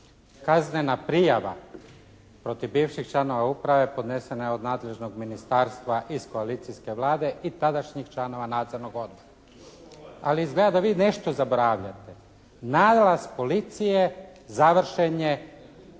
Kaznena prijava protiv bivših članova uprave podnesena je od nadležnog ministarstva iz koalicijske Vlade i tadašnjih članova nadzornog odbora. Ali izgleda da vi nešto zaboravljate. Nalaz policije završen je 10.